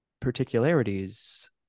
particularities